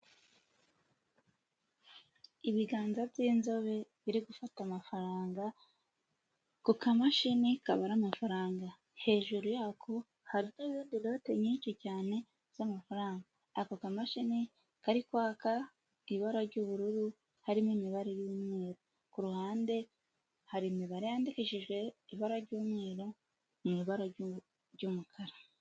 Ibiganza by'inzobe biri gufata amafaranga ku kamashini kaba ari amafaranga hejuru yako dolote nyinshi cyane z'amafarangako kamashini kari kwaka ibara ry'ubururu harimo imibare ku ruhande hari imibare yandikijeje ibara ry'umweru mu ibara ry'umukara.